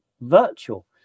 virtual